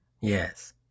Yes